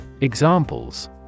Examples